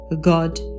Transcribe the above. God